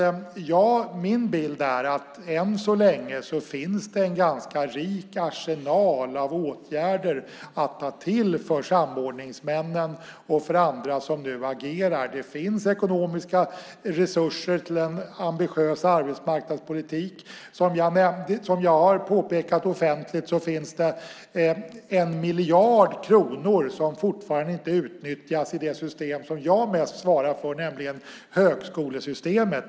Min bild är att än så länge finns det för samordningsmännen, och för andra som nu agerar, en ganska rik arsenal av åtgärder att ta till. Det finns ekonomiska resurser för en ambitiös arbetsmarknadspolitik. Som jag påpekat offentligt finns det 1 miljard kronor som fortfarande inte utnyttjas i det system som jag mest svarar för, nämligen högskolesystemet.